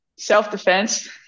self-defense